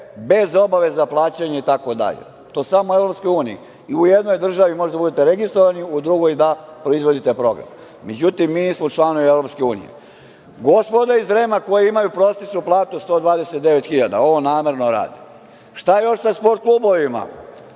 bez obaveza plaćanja itd. To samo u EU, u jednoj državi možete da budete registrovani, u drugoj da proizvodite program. Međutim, mi nismo članovi EU. Gospoda iz REM-a koji imaju prosečnu platu 129.000 ovo namerno rade. Šta je još sa „Sport klubovima“